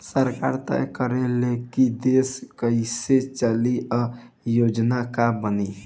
सरकार तय करे ले की देश कइसे चली आ योजना का बनी